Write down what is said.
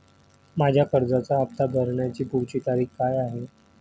माझ्या कर्जाचा हफ्ता भरण्याची पुढची तारीख काय आहे?